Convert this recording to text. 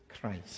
Christ